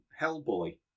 Hellboy